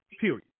Period